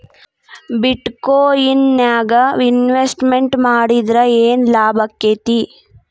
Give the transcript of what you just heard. ಬಿಟ್ ಕೊಇನ್ ನ್ಯಾಗ್ ಇನ್ವೆಸ್ಟ್ ಮಾಡಿದ್ರ ಯೆನ್ ಲಾಭಾಕ್ಕೆತಿ?